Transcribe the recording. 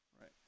Right